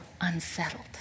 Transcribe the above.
unsettled